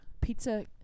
pizza